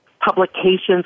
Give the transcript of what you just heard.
publications